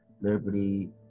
liberty